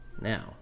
Now